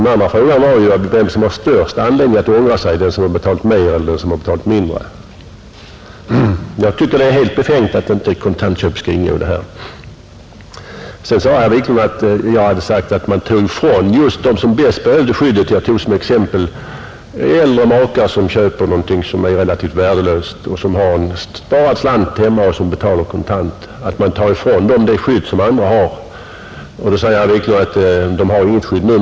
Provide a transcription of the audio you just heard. Den andra frågan var vem som har den största anledningen att ångra sig: den som betalt mera eller den som betalat mindre. Jag tycker det är helt befängt att inte kontantköp skall ingå i det här. Vidare sade herr Wiklund att jag hade sagt att man tog skyddet ifrån den som bäst behövde det. Jag anförde som exempel att äldre makar, som köper någonting som är relativt värdelöst och av sina sparade slantar betalat kontant, fråntas det skydd som andra har, Herr Wiklund sade att de inte har något skydd nu.